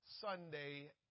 Sunday